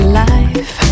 life